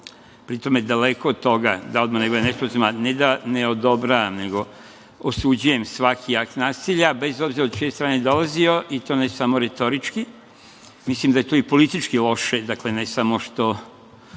Pri tome, daleko od toga, da ovde ne bude nesporazuma, ne da ne odobravam, nego osuđujem svaki akt nasilja, bez obzira od čije strane dolazio i to ne samo retorički, mislim da je to i politički loše. Dakle, ne samo što